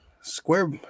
Square